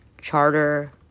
Charter